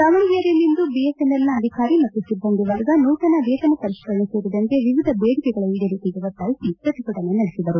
ದಾವಣಗೆರೆಯಲ್ಲಿಂದು ಬಿಎಸ್ಎನ್ಎಲ್ನ ಅಧಿಕಾರಿ ಮತ್ತು ಸಿಬ್ಬಂದಿ ವರ್ಗ ನೂತನ ವೇತನ ಪರಿಷ್ಠರಣೆ ಸೇರಿದಂತೆ ವಿವಿಧ ಬೇಡಿಕೆಗಳ ಈಡೇರಿಕೆಗೆ ಒತ್ತಾಯಿಸಿ ಪ್ರತಿಭಟನೆ ನಡೆಸಿದರು